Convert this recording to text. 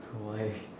why